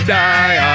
die